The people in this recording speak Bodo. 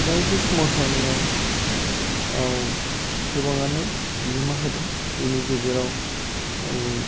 उदांस्रि सोमावसारनायाव गोबाङानो बिहोमा होदों बिनि गेजेराव